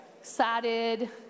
Excited